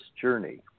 Journey